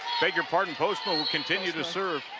beg your parton, postma will continue to serve.